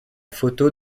photo